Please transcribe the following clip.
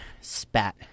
spat